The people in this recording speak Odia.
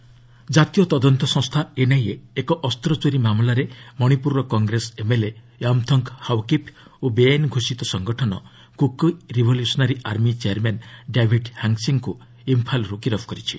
ଏନ୍ଆଇଏ ମଣିପୁର ଆରେଷ୍ଟ ଜାତୀୟ ତଦନ୍ତ ସଂସ୍ଥା ଏନ୍ଆଇଏ ଏକ ଅସ୍ତ୍ର ଚୋରି ମାମଲାରେ ମଣିପୁରର କଂଗ୍ରେସ ଏମ୍ଏଲ୍ଏ ୟାମ୍ଥଙ୍ଗ୍ ହାଓକିପ୍ ଓ ବେଆଇନ ଘୋଷିତ ସଙ୍ଗଠନ Kuki revolutionary army chairman David ହାଙ୍ଗ୍ସିଙ୍ଗ୍ଙ୍କୁ ଇମ୍ଫାଲ୍ରୁ ଗିରଫ କରିଛି